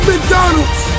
McDonald's